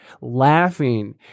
laughing